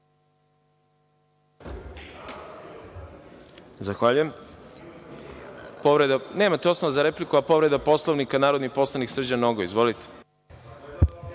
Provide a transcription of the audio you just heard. Replika.)Nemate osnova za repliku, a povreda Poslovnika, narodni poslanik Srđan Nogo. Izvolite.